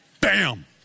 Bam